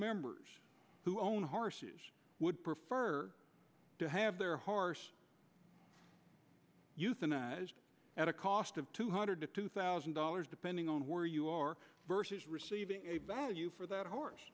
members who own horses would prefer to have their horse euthanized at a cost of two hundred two thousand dollars depending on where you are versus receiving a value for that horse